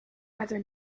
other